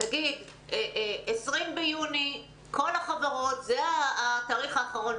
תגיד 20 ביוני כל החברות, זה התאריך האחרון.